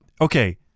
Okay